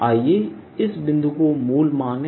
आइए इस बिंदु को मूल मानें